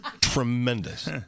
tremendous